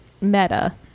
meta